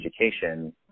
education